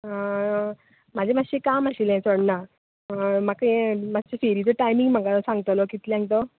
म्हाजें मात्शें काम आशिल्ले चोडणा म्हाका हे मातशें फेरीचो टायमींग म्हाका सांगतलो कितल्यांक तो